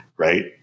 right